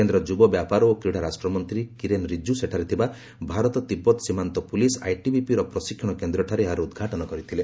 କେନ୍ଦ୍ର ଯୁବ ବ୍ୟାପାର ଓ କ୍ରୀଡ଼ା ରାଷ୍ଟ୍ରମନ୍ତ୍ରୀ କିରେନ ରିଜିଜୁ ସେଠାରେ ଥିବା ଭାରତ ତିବ୍ଦତ ସୀମାନ୍ତ ପୁଲିସ୍ ଆଇଟିବିପିର ପ୍ରଶିକ୍ଷଣ କେନ୍ଦ୍ରଠାରେ ଏହାର ଉଦ୍ଘାଟନ କରିଥିଲେ